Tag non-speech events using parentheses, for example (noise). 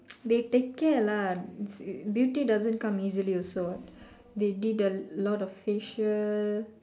(noise) they take care lah it's beauty doesn't come easily also what they did a lot of facial